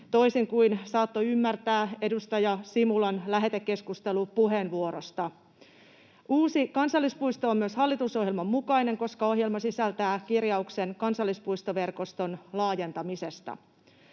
toisin kuin saattoi ymmärtää edustaja Simulan lähetekeskustelupuheenvuorosta. Uusi kansallispuisto on myös hallitusohjelman mukainen, koska ohjelma sisältää kirjauksen kansallispuistoverkoston laajentamisesta.